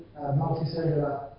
multicellular